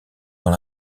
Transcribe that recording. dans